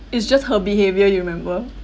it's just her behaviour you remember